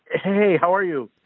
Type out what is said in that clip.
hey, how are you?